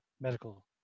medical